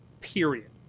period